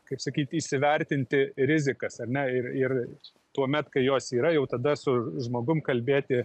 kaip sakyti įsivertinti rizikas ar ne ir ir tuomet kai jos yra jau tada su žmogum kalbėti